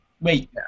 Wait